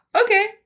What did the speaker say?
okay